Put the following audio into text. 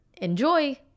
enjoy